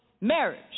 marriage